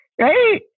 right